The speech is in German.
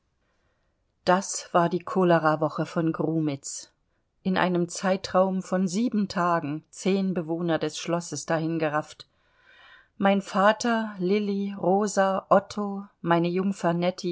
das war die cholerawoche von grumitz in einem zeitraum von sieben tagen zehn bewohner des schlosses dahingerafft mein vater lilli rosa otto meine jungfer